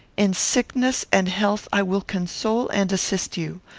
in sickness and health, i will console and assist you.